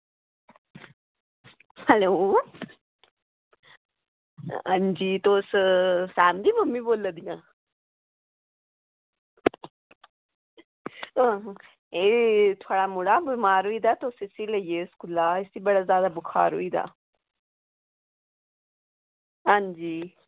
hello हां जी तुस सान्वी दी मम्मी बोला दियां एह् थुआढ़ा मुड़ा बमार होई गेदा ते तुस इसी लेई जाएओ स्कूला इसी बड़ा जादा बुखार होई गेदा हां जी